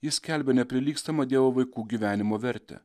jis skelbia neprilygstamą dievo vaikų gyvenimo vertę